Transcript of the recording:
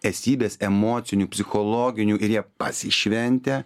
esybės emocinių psichologinių ir jie pasišventę